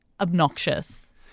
obnoxious